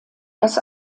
das